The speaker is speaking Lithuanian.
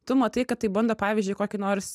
tu matai kad tai bando pavyzdžiui kokį nors